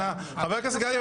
מעוניין.